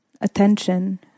attention